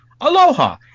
Aloha